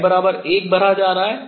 l 1 भरा जा रहा है